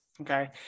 Okay